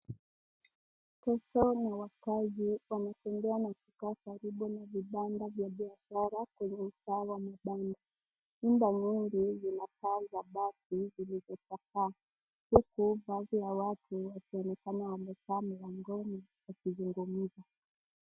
Tusho na wakazi wanatembea na kukaa karibu na vibanda vya biashara kwenye mtaa wa mabada. Nyumba nyingi zinakaa za bati zilizochaka, huku baadhi ya watu wakionekana wamekaa milangoni wakizungumza.